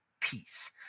peace